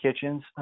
Kitchens